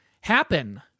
happen